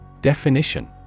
Definition